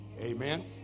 Amen